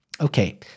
okay